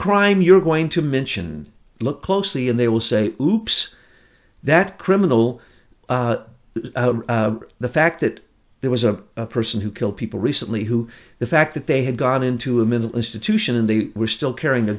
crime you're going to mention look closely and they will say oops that criminal the fact that there was a person who killed people recently who the fact that they had gone into a mental institution in the we're still carrying a